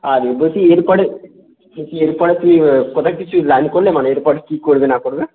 আর বলছি এরপরে বলছি এরপরে কী কোথায় কিছু লাইন করলে মানে এরপরে কী করবে না করবে